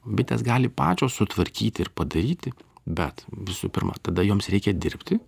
bitės gali pačios sutvarkyti ir padaryti bet visų pirma tada joms reikia dirbti